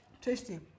Tasty